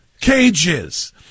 cages